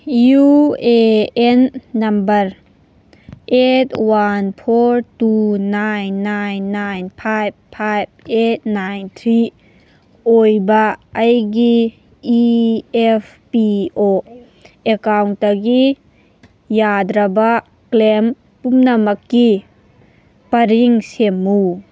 U A N number eight one four two nine nine nine five five eight nine three ꯑꯣꯏꯕ ꯑꯩꯒꯤ E F P O ꯑꯦꯀꯥꯎꯟꯇꯒꯤ ꯌꯥꯗ꯭ꯔꯕ claim ꯄꯨꯝꯅꯃꯛꯀꯤ ꯄꯔꯤꯡ ꯁꯦꯝꯃꯨ